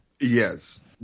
Yes